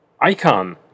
icon